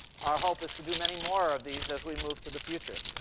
our hope is to do many more of these as we move to the future.